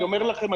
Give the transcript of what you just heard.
אני אומר לכם,